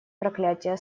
проклятия